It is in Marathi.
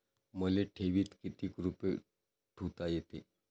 मले ठेवीत किती रुपये ठुता येते?